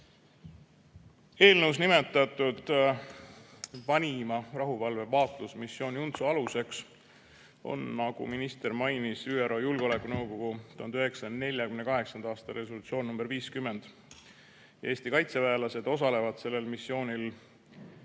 Eelnõus nimetatud vanima rahuvalve vaatlusmissiooni UNTSO aluseks on, nagu minister mainis, ÜRO Julgeolekunõukogu 1948. aasta resolutsioon number 50. Eesti kaitseväelased osalevad sellel missioonil